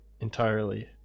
entirely